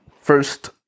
first